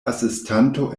asistanto